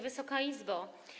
Wysoka Izbo!